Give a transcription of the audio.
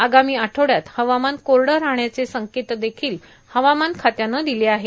आगामी आठवड्यात हवामान कोरडं राहण्याचे संकेत देखिल हवामान खात्यानं दिले आहेत